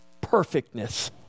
perfectness